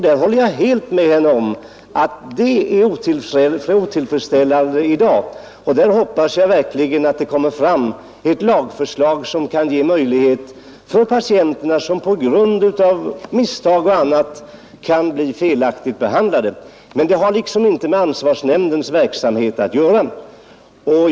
Där håller jag helt med henne om att situationen i dag är otillfredsställande. Jag hoppas verkligen att det kommer ett lagförslag som kan ge möjlighet till ersättning för patienter som på grund av misstag och annat kan bli felaktigt behandlade. Men det har inte med ansvarsnämndens verksamhet att göra.